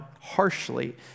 harshly